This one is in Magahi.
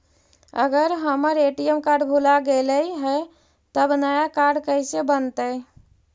अगर हमर ए.टी.एम कार्ड भुला गैलै हे तब नया काड कइसे बनतै?